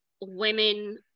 women